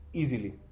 easily